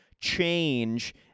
change